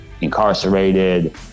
incarcerated